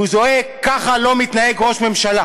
והוא זועק: ככה לא מתנהג ראש ממשלה.